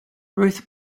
ruth